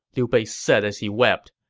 liu bei said as he wept.